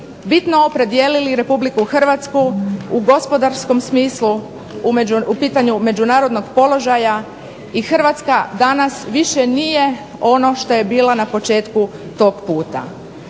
bitno opredijelili RH u gospodarskom smislu u pitanju međunarodnog položaja i Hrvatska danas više nije ono što je bila na početku tog puta.